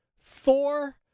Thor